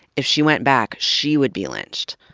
if she went back, she would be lynched.